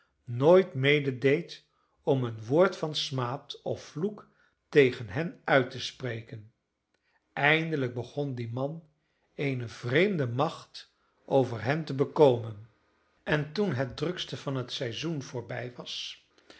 nooit mededeed om een woord van smaad of vloek tegen hen uit te spreken eindelijk begon die man eene vreemde macht over hen te bekomen en toen het drukste van het seizoen voorbij was